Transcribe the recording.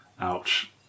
Ouch